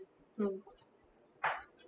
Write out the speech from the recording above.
mm